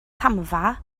camfa